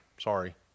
Sorry